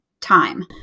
time